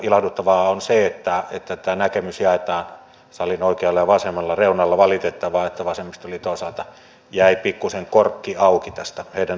ilahduttavaa on se että tämä näkemys jaetaan salin oikealla ja vasemmalla reunalla valitettavaa on että vasemmistoliiton osalta jäi pikkuisen korkki auki tästä heidän näkemyksestään